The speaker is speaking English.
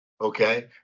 okay